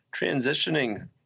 transitioning